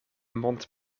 mont